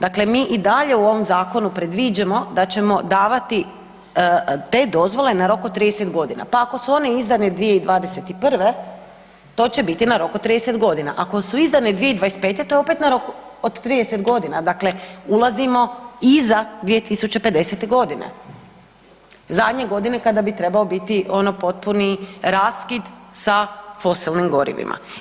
Dakle, mi i dalje u ovom zakonu predviđamo da ćemo davati te dozvole na rok od 30 g., pa ako su one izdane 2021., to će biti na rok od 30 g., ako su izdane 2025., to je opet na rok od 30 g., dakle ulazimo iza 2050. g. Zadnje godine kada bi trebao biti ono potpuni raskid sa fosilnom gorivima.